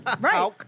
Right